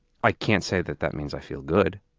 i can't say that that means i feel good,